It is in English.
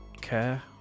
care